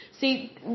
See